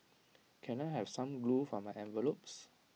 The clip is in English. can I have some glue for my envelopes